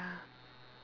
ya